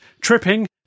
tripping